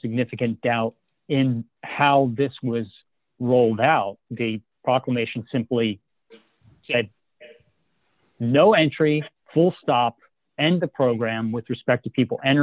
significant doubt in how this was rolled out a proclamation simply said no entry full stop and the program with respect to people